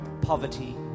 Poverty